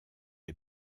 les